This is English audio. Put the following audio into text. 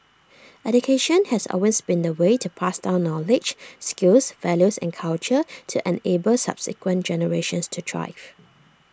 education has always been the way to pass down knowledge skills values and culture to enable subsequent generations to thrive